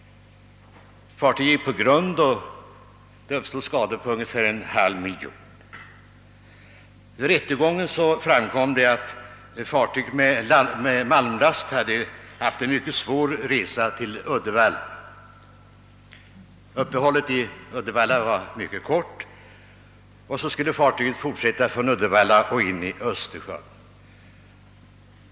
Fartyget gick på grund, och det uppstod skador för ungefär en halv miljon kronor. Vid rättegången framkom att fartyget med malmlast hade haft en mycket svår resa till Uddevalla. Uppehållet i Uddevalla var mycket kort, och sedan skulle fartyget fortsätta från Uddevalla in i Östersjön.